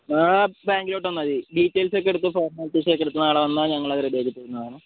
നാളെ ബാങ്കിലോട്ട് വന്നാൽമതി ഡീറ്റെയിൽസൊക്കെ എടുത്ത് ഫോർമാലിറ്റീസ് ഒക്കെ എടുത്ത് നാളെ വന്നാൽ ഞങ്ങൾ അത് റെഡിയാക്കിത്തരുന്നതാണ്